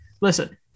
listen